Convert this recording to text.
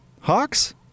Hawks